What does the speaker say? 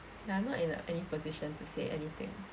like I'm not in a any position to say anything